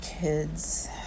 kids